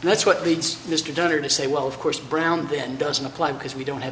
and that's what leads mr turner to say well of course brown then doesn't apply because we don't have